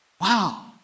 Wow